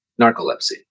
narcolepsy